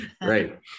Right